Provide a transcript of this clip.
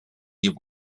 give